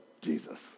Jesus